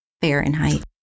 Fahrenheit